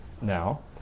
now